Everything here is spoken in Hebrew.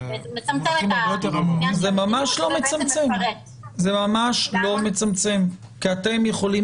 וזה מצמצם את העניין של --- זה ממש לא מצמצם כי אתם יכולים